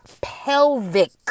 pelvic